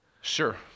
Sure